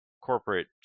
corporate